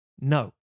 No